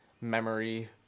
memory